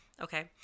okay